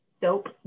soap